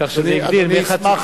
כך שזה מגדיל מ-1.7,